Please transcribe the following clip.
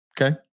Okay